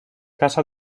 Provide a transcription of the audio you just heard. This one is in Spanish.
casa